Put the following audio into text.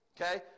okay